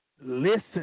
listen